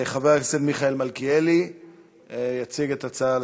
מס' 6607. חבר הכנסת מיכאל מלכיאלי יציג את ההצעה הזאת.